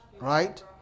Right